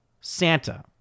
Santa